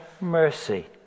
mercy